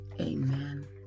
Amen